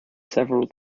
several